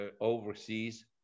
overseas